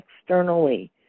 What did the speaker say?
externally